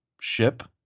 ship